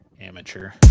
amateur